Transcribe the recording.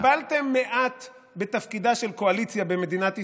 אתם התבלבלתם מעט בתפקידה של קואליציה במדינת ישראל.,